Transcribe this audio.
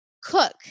cook